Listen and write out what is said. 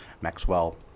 Maxwell